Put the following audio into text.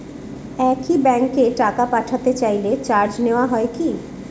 একই ব্যাংকে টাকা পাঠাতে চাইলে চার্জ নেওয়া হয় কি?